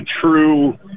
true